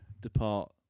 depart